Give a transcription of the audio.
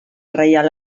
reial